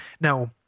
Now